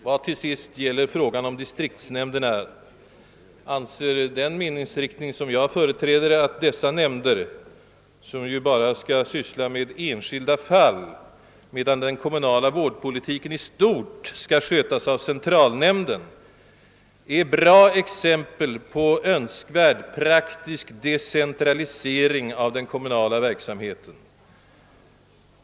Vad till sist gäller frågan om distriktsnämnderna anser den meningsriktning som jag företräder att dessa nämnder — som ju bara skall syssla med enskilda fall, medan den kommunala vård politiken skall skötas av centralnämnden — är bra exempel på en önskvärd praktisk decentralisering av den kommunala verksamheten.